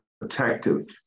protective